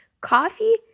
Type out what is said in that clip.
Coffee